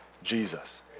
Jesus